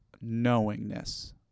knowingness